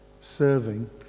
serving